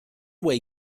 way